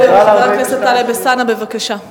חבר הכנסת טלב אלסאנע, בבקשה.